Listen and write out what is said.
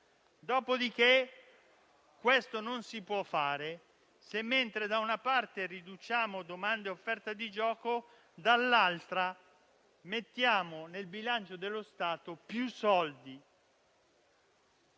Dopodiché questo non si può fare se, mentre da una parte riduciamo domanda e offerta di gioco, dall'altra mettiamo nel bilancio dello Stato più soldi